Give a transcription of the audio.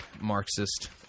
Marxist